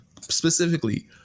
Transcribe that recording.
specifically